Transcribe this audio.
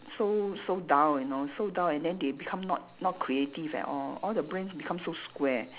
so so dull you know so dull and then they become not not creative at all all the brain become so square